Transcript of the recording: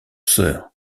sœurs